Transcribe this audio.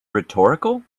rhetorical